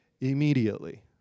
Immediately